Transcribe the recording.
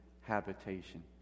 habitation